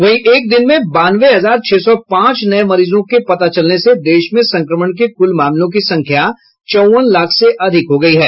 वहीं एक दिन में बानवे हजार छः सौ पांच नए मरीजों के पता चलने से देश में संक्रमण के कुल मामलों की संख्या चौवन लाख से अधिक हो गई है